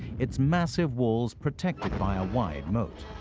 its massive walls protected by a wide moat.